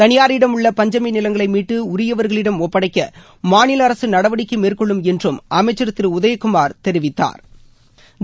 தனியாரிடம் உள்ள பஞ்சமி நிலங்களை மீட்டு உரியவர்களிடம் ஒப்படைக்க மாநில அரசு நடவடிக்கை மேற்கொள்ளும் என்றும் அமைச்சள் திரு உதயகுமாா் தெரிவித்தாா்